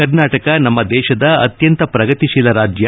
ಕರ್ನಾಟಕ ನಮ್ಮ ದೇಶದ ಅತ್ಯಂತ ಪ್ರಗತಿಶೀಲ ರಾಜ್ಯ